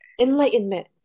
Enlightenment